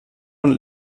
und